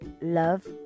love